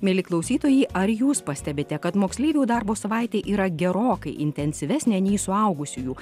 mieli klausytojai ar jūs pastebite kad moksleivių darbo savaitė yra gerokai intensyvesnė nei suaugusiųjų